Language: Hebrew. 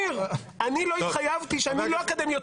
ניר: אני לא התחייבתי שאני לא אקדם.